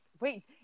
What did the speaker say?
Wait